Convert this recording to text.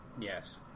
yes